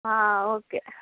okay